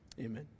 amen